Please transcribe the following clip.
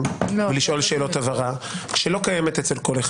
ולשאול שאלות הבהרה שלא קיימת אצל כל אחד.